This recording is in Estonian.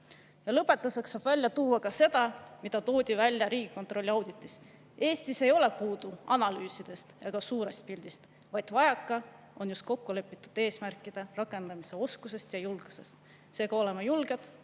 Ja lõpetuseks saab välja tuua ka seda, mis toodi välja Riigikontrolli auditis. Eestis ei ole puudu analüüsidest ega suurest pildist, vaid vajaka on kokkulepitud eesmärkide rakendamise oskusest ja julgusest. Seega, oleme julged,